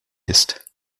ist